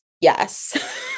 Yes